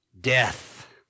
death